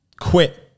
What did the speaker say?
quit